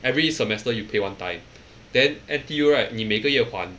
every semester you pay one time then N_T_U right 你每个月还